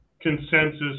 consensus